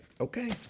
Okay